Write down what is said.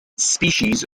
species